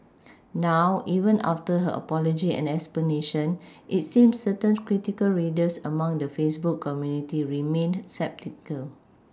now even after her apology and explanation it seems certain critical readers among the Facebook community remained sceptical